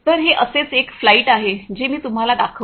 तर हे असेच एक फ्लाइट आहे जे मी तुम्हाला दाखविले